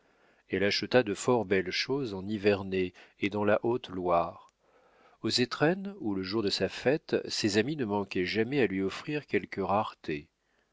elle acheta de fort belles choses en nivernais et dans la haute loire aux étrennes ou le jour de sa fête ses amis ne manquaient jamais à lui offrir quelques raretés